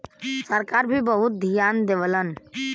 सरकार भी बहुत धियान देवलन